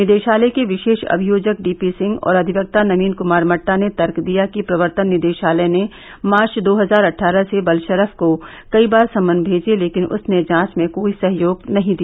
निदेशालय के विशेष अभियोजक डीपी सिंह और अधिवक्ता नवीन कमार मट्टा ने तर्क दिया कि प्रवर्तन निदेशालय ने मार्च दो हजार अट्ठारह से बालशरफ को कई बार समन भेजे लेकिन उसने जांच में कोई सहयोग नहीं दिया